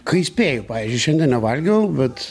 kai spėju pavyzdžiui šiandien nevalgiau bet